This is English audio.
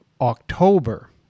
October